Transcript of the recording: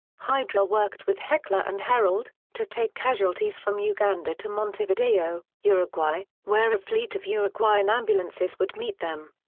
hydra worked with hecla and herald, to take casualties from uganda to montevideo, uruguay, where a fleet of uruguayan ambulances would meet them.